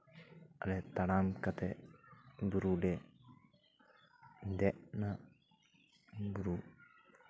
ᱟᱨᱮ ᱛᱟᱲᱟᱢ ᱠᱟᱛᱮ ᱵᱩᱨᱩᱨᱮ ᱫᱮᱡ ᱨᱮᱱᱟᱜ ᱵᱩᱨᱩ